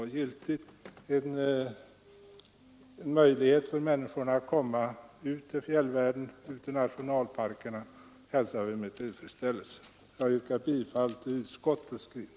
De möjligheter som kan skapas för människorna att komma ut till nationalparkerna och ut till fjällvärlden hälsar vi med tillfredsställelse. Herr talman! Jag yrkar bifall till utskottets hemställan.